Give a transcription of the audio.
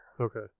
Okay